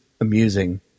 amusing